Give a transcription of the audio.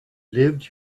lived